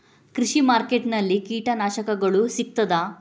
ಕೃಷಿಮಾರ್ಕೆಟ್ ನಲ್ಲಿ ಕೀಟನಾಶಕಗಳು ಸಿಗ್ತದಾ?